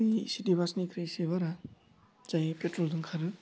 बि सिटि बासनिख्रुइ इसे बारा जायो पेट्रलजों खारो